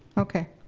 okay,